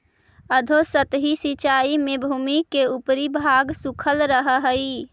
अधोसतही सिंचाई में भूमि के ऊपरी भाग सूखल रहऽ हइ